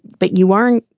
but you weren't.